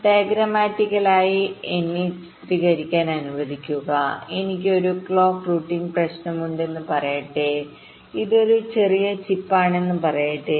ഡയഗ്രമാറ്റിക്കലായി എന്നെ ചിത്രീകരിക്കാൻ അനുവദിക്കുക എനിക്ക് ഒരു ക്ലോക്ക് റൂട്ടിംഗ് പ്രശ്നമുണ്ടെന്ന് പറയട്ടെ ഇതൊരു ചെറിയ ചിപ്പാണെന്ന് പറയട്ടെ